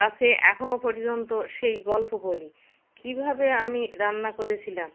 কাছে এখনও পর্যন্ত সেই গল্প বলি কীভাবে আমি রান্না করেছিলাম